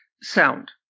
sound